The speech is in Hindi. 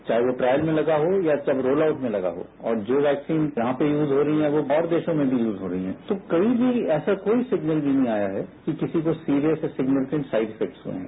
चाहे वो ट्रायल में लगा हो या वो रोल आउट में लगा हो और जो वैक्सीन यहां पर यूज हो रही हैं वो और देशों में भी यूज हो रही हैं तो कहीं भी ऐसा कोई सिग्नल भी नहीं आया है कि किसी को serious and significant side effect हुए हैं